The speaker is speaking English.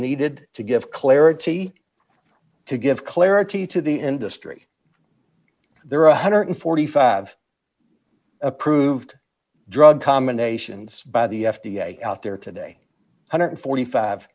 needed to give clarity to give clarity to the industry there are one hundred and forty five approved drug combinations by the f d a out there today one hundred and forty five